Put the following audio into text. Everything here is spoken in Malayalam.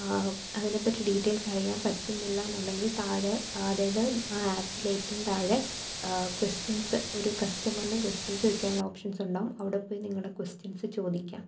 അതിനെപ്പറ്റി ഡീറ്റെയിൽസ് അറിയാൻ പറ്റുന്നില്ല എന്നുണ്ടെങ്കിൽ താഴെ അതായത് ആ ആപ്പിൽ ഏറ്റവും താഴെ കൊസ്റ്റിൻസ് ഒരു കസ്റ്റമറിന് കൊസ്റ്റിൻ ചോദിക്കാനുള്ള ഓപ്ഷൻസ് ഉണ്ടാകും അവിടെപ്പോയി നിങ്ങൾ കൊസ്റ്റിൻസ് ചോദിക്കാം